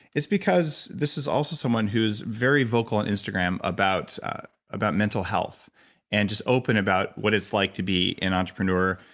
it's because this is also someone who is very vocal on and instagram about about mental health and just open about what it's like to be an entrepreneur,